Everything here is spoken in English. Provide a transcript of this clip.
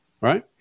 right